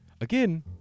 again